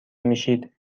میشید